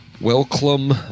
Welcome